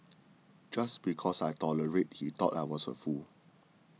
just because I tolerated he thought I was a fool